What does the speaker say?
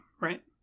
right